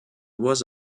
was